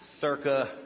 circa